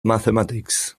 mathematics